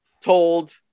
told